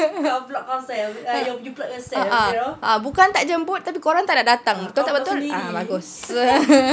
a'ah ah bukan tak jemput tapi korang tak nak datang betul tak betul ah bagus